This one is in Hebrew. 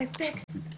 העסק,